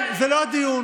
זה לא הדיון.